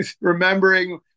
remembering